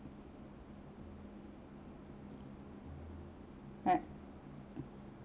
eh